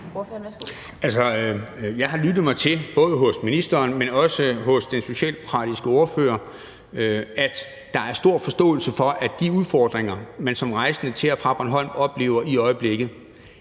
Jeg har lyttet mig til hos både ministeren og den socialdemokratiske ordfører, at der er stor forståelse for, at der er de udfordringer, som man som rejsende til og fra Bornholm oplever i øjeblikket,